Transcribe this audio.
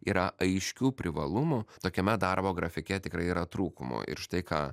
yra aiškių privalumų tokiame darbo grafike tikrai yra trūkumų ir štai ką